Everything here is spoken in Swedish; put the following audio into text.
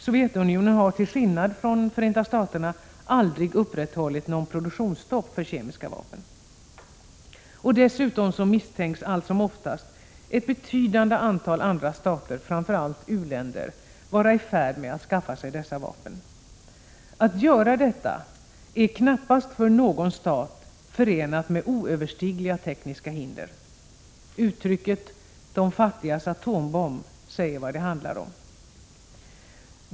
Sovjetunionen har, till skillnad från Förenta Staterna, aldrig upprätthållit något produktionsstopp för kemiska vapen. Dessutom misstänks allt som oftast ett betydande antal andra stater, framför allt u-länder, vara i färd med att skaffa sig dessa vapen. Att göra detta är knappast för någon stat förenat med oöverstigliga tekniska hinder. Uttrycket de fattigas atombomb säger vad det handlar om.